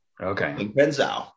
Okay